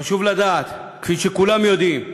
חשוב לדעת, כפי שכולם יודעים,